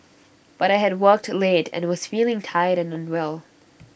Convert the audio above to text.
but I had worked late and was feeling tired and unwell